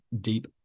deep